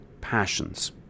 passions